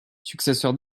successeur